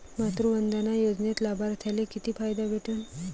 मातृवंदना योजनेत लाभार्थ्याले किती फायदा भेटन?